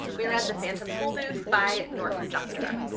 we read the phantom tollbooth by norton juster.